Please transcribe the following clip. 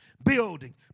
Building